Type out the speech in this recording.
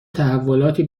تحولاتی